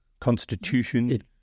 constitution